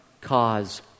cause